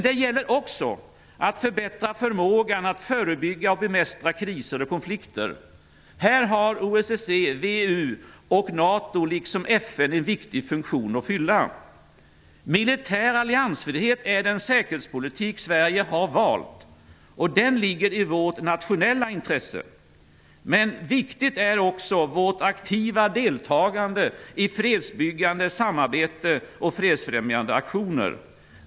Det gäller också att förbättra förmågan att förebygga och bemästra kriser och konflikter. Här har OSSE, VEU och NATO liksom FN en viktig funktion att fylla. Militär alliansfrihet är den säkerhetspolitik Sverige har valt. Den ligger i vårt nationella intresse. Viktigt är också vårt aktiva deltagande i fredsbyggande samarbete och fredsfrämjande aktioner.